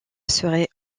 serait